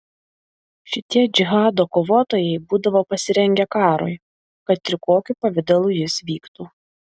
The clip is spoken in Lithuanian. šitie džihado kovotojai būdavo pasirengę karui kad ir kokiu pavidalu jis vyktų